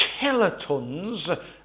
kilotons